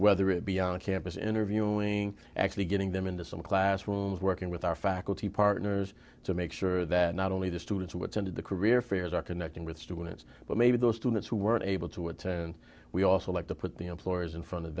whether it be on campus interviewing actually getting them into some classrooms working with our faculty partners to make sure that not only the students who attended the career fairs are connecting with students but maybe those students who weren't able to attend and we also like to put the employers in front of